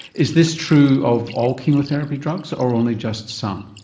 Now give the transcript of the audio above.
is this true of all chemotherapy drugs or only just some?